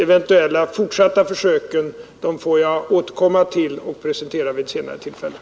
Eventuella fortsatta försök får jag återkomma till och presentera vid ett senare tillfälle.